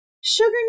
Sugar